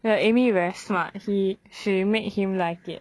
the amy very smart she she made him like it